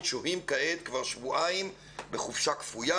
שוהים כעת כבר שבועיים בחופשה כפויה